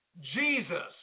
Jesus